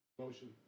Motion